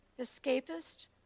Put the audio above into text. escapist